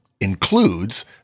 includes